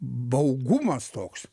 baugumas toks